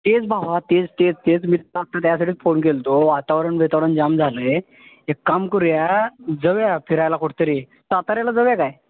तेच भावा तेच तेच तेच मी आत्ता त्यासाठीच फोन केला होता वातावरण बितावरण जाम झालं आहे एक काम करूया जाऊया फिरायला कुठंतरी साताऱ्याला जाऊया काय